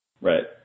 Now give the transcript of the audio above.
right